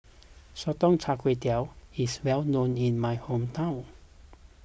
Sotong Char Kway is well known in my hometown